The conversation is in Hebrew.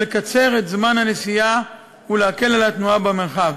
לקצר את זמן הנסיעה ולהקל את התנועה במרחב.